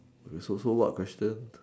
is also what question